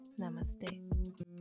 Namaste